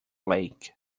lake